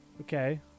Okay